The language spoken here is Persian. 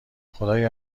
خدایا